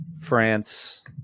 France